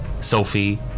Sophie